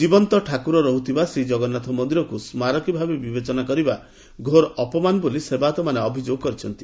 ଜୀବନ୍ତ ଠାକୁର ରହୁଥିବା ଶ୍ରୀକଗନ୍ନାଥ ମନ୍ଦିରକୁ ସ୍କାରକୀ ଭାବେ ବିବେଚନା କରିବା ଘୋର ଅପମାନ ବୋଲି ସେବାୟତମାନେ ଅଭିଯୋଗ କରିଛନ୍ତି